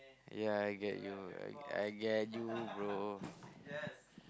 ya I get you I I get you bro